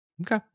okay